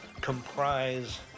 comprise